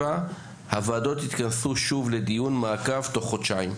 הוועדות יתכנסו שוב לדיון מעקב תוך חודשיים.